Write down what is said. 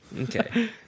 Okay